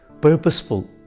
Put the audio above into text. purposeful